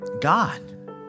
God